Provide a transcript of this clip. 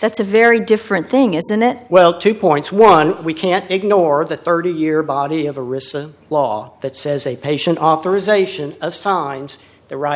that's a very different thing isn't it well two points one we can't ignore the thirty year body of a risk law that says a patient authorization assigns the right